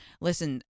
listen